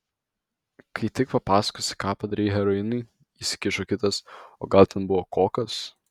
kai tik papasakosi ką padarei heroinui įsikišo kitas o gal ten buvo kokas